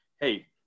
hey –